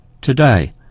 today